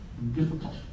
Difficult